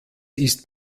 ist